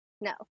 no